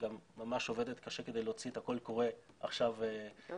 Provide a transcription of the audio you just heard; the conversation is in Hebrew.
שגם ממש עובדת קשה כדי להוציא את הקול קורא עכשיו לפרסום,